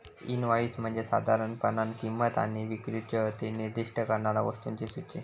invoice म्हणजे साधारणपणान किंमत आणि विक्रीच्यो अटी निर्दिष्ट करणारा वस्तूंची सूची